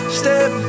step